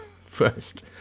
first